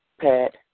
Pat